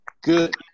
Good